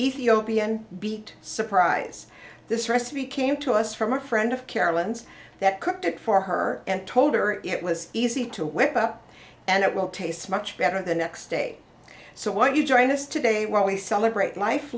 ethiopian beet surprise this recipe came to us from a friend of carolyn's that cooked it for her and told her it was easy to whip up and it will taste much better the next day so why don't you join us today when we celebrate life